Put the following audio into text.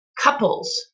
couples